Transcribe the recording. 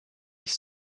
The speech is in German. ich